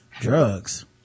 drugs